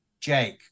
jake